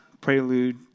prelude